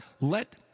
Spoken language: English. let